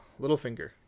Littlefinger